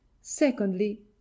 secondly